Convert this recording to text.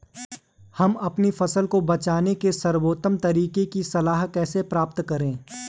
हम अपनी फसल को बचाने के सर्वोत्तम तरीके की सलाह कैसे प्राप्त करें?